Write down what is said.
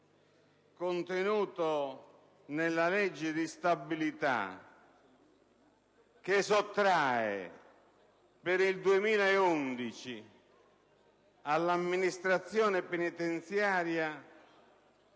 contenuto nella legge di stabilità, che sottrae per il 2011 all'amministrazione penitenziaria